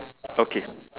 okay